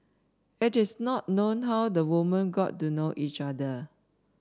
it is not known how the women got to know each other